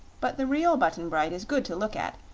but the real button-bright is good to look at,